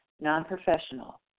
non-professional